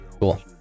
Cool